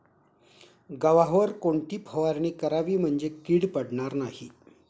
गव्हावर कोणती फवारणी करावी म्हणजे कीड पडणार नाही?